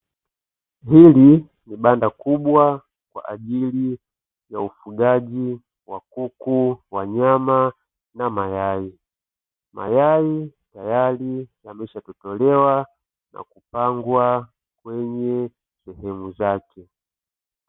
Hili ni banda kubwa wa ajili ya ufugaji wa kuku, wa nyama na mayai. Mayai, tayari yameshatotolewa na kupangwa kwenye sehemu zake.